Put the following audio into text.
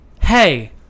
hey